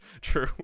True